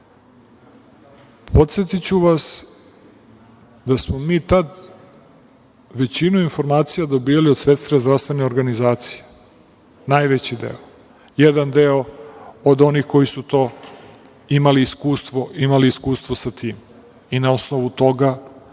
dolaziti. Podsetiću vas da smo mi tad većinu informacija dobijali od Svetske zdravstvene organizacije, najveći deo. Jedan deo od onih koji su imali iskustvo sa tim i na osnovu toga